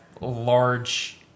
large